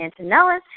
Antonellis